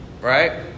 right